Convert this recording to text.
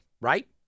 right